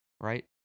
right